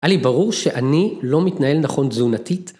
אלי, ברור שאני לא מתנהל נכון תזונתית.